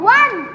one